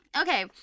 Okay